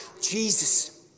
Jesus